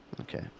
Okay